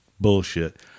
bullshit